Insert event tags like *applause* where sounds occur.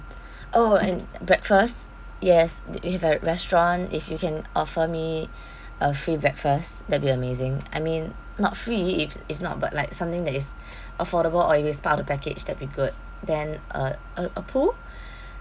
*breath* oh and breakfast yes if at restaurant if you can offer me *breath* a free breakfast that'll be amazing I mean not free if if not but like something that is *breath* affordable or it's part of the package that'll be good then uh a a pool *breath*